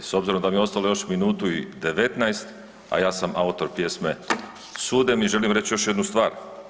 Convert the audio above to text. S obzirom da mi je ostalo još minutu i 19, a ja sam autor pjesme „Sude mi“ želim reći još jednu stvar.